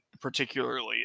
particularly